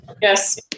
yes